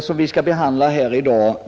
Fru talman!